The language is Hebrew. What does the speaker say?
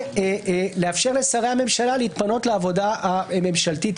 ולאפשר לשרי הממשלה להתפנות יותר לעבודה הממשלתית.